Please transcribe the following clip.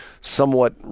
somewhat